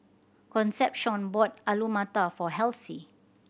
Concepcion bought Alu Matar for Halsey